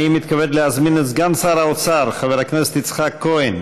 אני מתכבד להזמין את סגן שר האוצר חבר הכנסת יצחק כהן